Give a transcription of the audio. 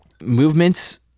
movements